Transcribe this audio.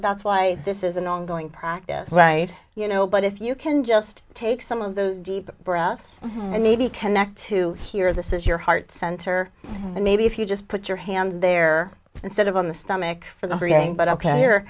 that's why this is an ongoing practice right you know but if you can just take some of those deep breaths and maybe connect to hear this is your heart center and maybe if you just put your hands there instead of on the stomach for the hearing but ok here